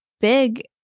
big